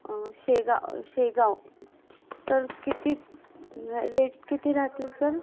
शेगा शेगाव तर किती रेट किती राहतील सर